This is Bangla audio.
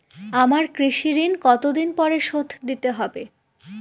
আমার কৃষিঋণ কতদিন পরে শোধ দিতে হবে?